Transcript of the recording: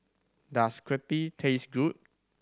does Crepe taste good